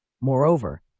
Moreover